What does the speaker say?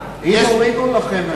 אם הורידו לכם,